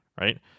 right